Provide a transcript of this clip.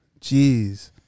jeez